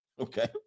okay